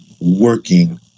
working